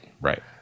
Right